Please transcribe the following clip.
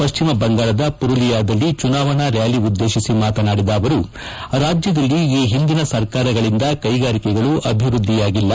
ಪಶ್ಚಿಮ ಬಂಗಾಳದ ಪುರುಲಿಯಾದಲ್ಲಿ ಚುನಾವಣಾ ರ್ನಾಲಿ ಉದ್ದೇತಿಸಿ ಮಾತನಾಡಿದ ಅವರು ರಾಜ್ಯದಲ್ಲಿ ಈ ಹಿಂದಿನ ಸರ್ಕಾರಗಳಂದ ಕೈಗಾರಿಕೆಗಳು ಅಭಿವೃದ್ದಿಯಾಗಿಲ್ಲ